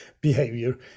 behavior